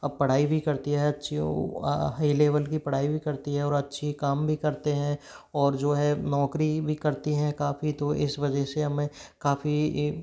अब पढ़ाई भी करती है अच्छी हाई लेवल की पढ़ाई भी करती है और अच्छी काम भी करते हैं और जो है नौकरी भी करती हैं काफ़ी तो इस वजह से अब मैं काफ़ी